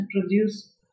produce